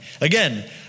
Again